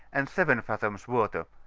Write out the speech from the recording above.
and eleven fathoms water.